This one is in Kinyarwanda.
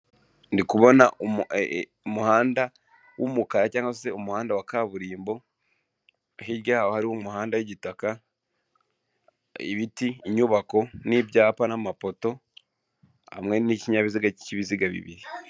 Ndi kubona umuhanda w'umukara cyangwa se umuhanda wa kaburimbo, hirya yaho hariyo umuhanda w'igitaka, ibiti, inyubako n'ibyapa n'amapoto hamwe n'ikinyabiziga cy'ibiziga bibiri.